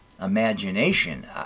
imagination